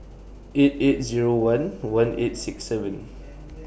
eight eight Zero one one eight six seven